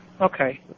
Okay